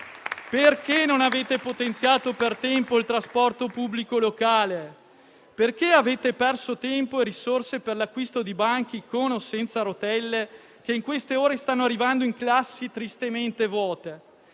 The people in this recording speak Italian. Perché non avete potenziato per tempo il trasporto pubblico locale? Perché avete perso tempo e risorse per l'acquisto di banchi (con o senza rotelle), che in queste ore stanno arrivando in classi tristemente vuote?